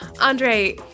Andre